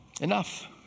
Enough